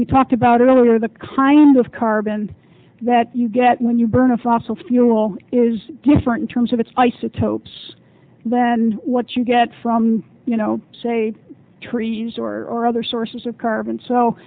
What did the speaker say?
we talked about it all are the kinds of carbon that you get when you burn a fossil fuel is different terms of its isotopes then what you get from you know say trees or other sources of carbon so